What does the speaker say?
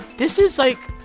this is, like,